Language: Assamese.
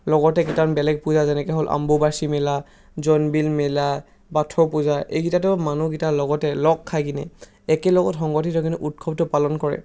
লগতে কেইটামান বেলেগ পয়া হ'ল যেনেকৈ হ'ল অম্বুবাচী মেলা জোনবিল মেলা বাথৌ পূজা এইকেইটাতো মানুহকেইটা লগতে লগ খাই কিনে একেলগতে সংগঠিত হৈ উৎসৱটো পালন কৰে